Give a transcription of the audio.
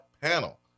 panel